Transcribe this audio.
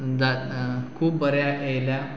जात खूब बऱ्या येयल्या